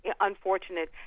unfortunate